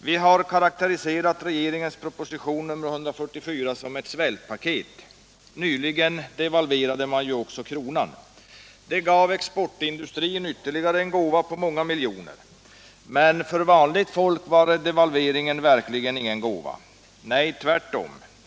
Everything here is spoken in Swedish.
Vi har karakteriserat regeringens proposition 144 som ett ”svältpaket”. Nyligen devalverade man ju också kronan. Det gav exportindustrin ytterligare en gåva på många miljoner kronor. Men för vanligt folk var devalveringen verkligen ingen gåva, tvärtom.